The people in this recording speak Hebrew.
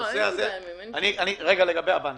אני רוצה להגיד משהו לגבי הבנקים.